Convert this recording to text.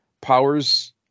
powers